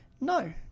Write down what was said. no